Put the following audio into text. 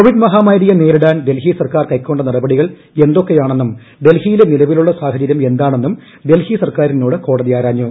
Covid മഹാമാരിയെ നേരിടാൻ ഡൽഹി സർക്കാർ കൈക്കൊണ്ട നടപടികൾ എന്തൊക്കെയാണെന്നും ഡൽഹിയിലെ നിലവിലുള്ള സാഹചര്യം എന്താണെന്നും ഡൽഹി സർക്കാരിനോട് കോടതി ആരാഞ്ഞു